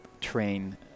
train